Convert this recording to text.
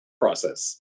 process